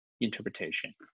interpretation